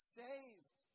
saved